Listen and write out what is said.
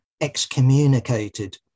excommunicated